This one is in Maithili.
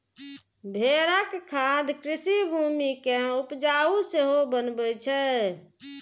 भेड़क खाद कृषि भूमि कें उपजाउ सेहो बनबै छै